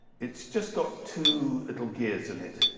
it's just got two little gears in it.